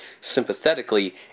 sympathetically